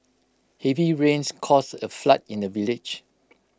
heavy rains caused A flood in the village